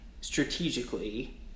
strategically